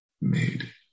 made